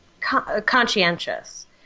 conscientious